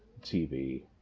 TV